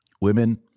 Women